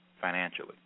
financially